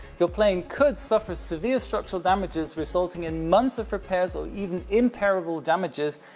your plane could suffer severe structural damages resulting in months of repairs, or even irreparable damages,